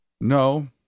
No